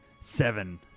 Seven